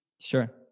Sure